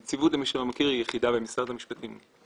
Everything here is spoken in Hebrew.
הנציבות, למי שלא מכיר, היא יחידה במשרד המשפטים.